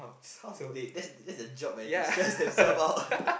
half dead that that's the job man you stress yourself out